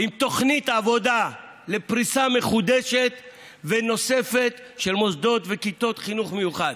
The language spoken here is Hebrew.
עם תוכנית עבודה לפריסה מחודשת ונוספת של מוסדות וכיתות חינוך מיוחד.